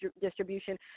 distribution